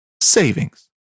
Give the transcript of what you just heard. savings